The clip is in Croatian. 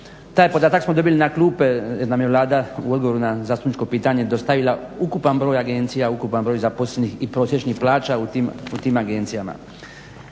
Taj podatak smo dobili na klupe jer nam je Vlada u odboru na zastupničko pitanje dostavila ukupan broj agencija, ukupan broj zaposlenih i prosječnih plaća u tim agencijama.